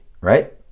right